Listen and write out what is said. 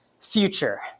future